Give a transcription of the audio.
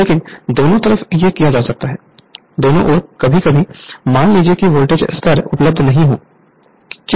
लेकिन दोनों तरफ यह किया जा सकता है दोनों ओर कभी कभी मान लीजिए कि वोल्टेज स्तर उपलब्ध नहीं हो सकता है